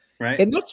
Right